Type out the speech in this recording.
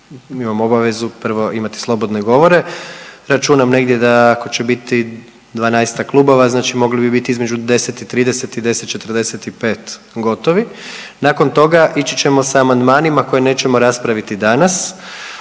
imamo obavezu prvo imati slobodne govore. Računam negdje da ako će biti dvanaestak klubova, znači mogli bi biti između 10,30 i 10,45 gotovi. Nakon toga ići ćemo sa amandmanima koje nećemo raspraviti danas.